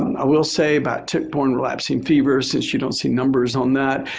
i will say about tick-borne relapsing fever, since you don't see numbers on that,